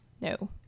No